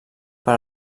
per